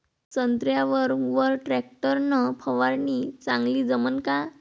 संत्र्यावर वर टॅक्टर न फवारनी चांगली जमन का?